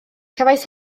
cefais